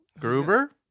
Gruber